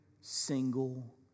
single